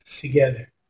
together